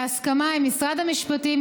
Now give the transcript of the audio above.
בהסכמה עם משרד המשפטים,